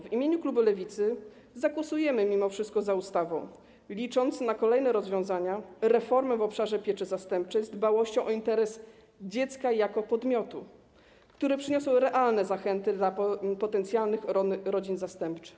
W imieniu klubu Lewicy zagłosujemy mimo wszystko za ustawą, licząc na kolejne rozwiązania i reformy w obszarze pieczy zastępczej, dbałości o interes dziecka jako podmiotu, które przyniosą realne zachęty dla potencjalnych rodzin zastępczych.